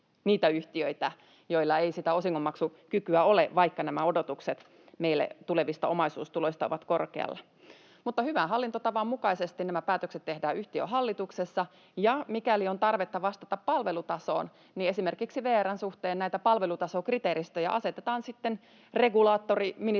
joilla ei sitä osingonmaksukykyä ole, vaikka nämä odotukset meille tulevista omaisuustuloista ovat korkealla. Mutta hyvän hallintotavan mukaisesti nämä päätökset tehdään yhtiön hallituksessa, ja mikäli on tarvetta vastata palvelutasoon, niin esimerkiksi VR:n suhteen näitä palvelutasokriteeristöjä asetetaan sitten regulaattoriministe-riössä